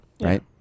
right